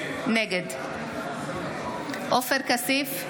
נגד עופר כסיף,